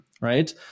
right